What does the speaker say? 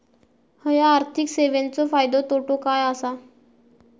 हया आर्थिक सेवेंचो फायदो तोटो काय आसा?